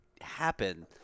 happen